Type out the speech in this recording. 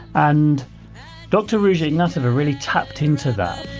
and dr. ruja ignatova really tapped into that.